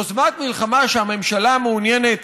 יוזמת מלחמה שהממשלה מעוניינת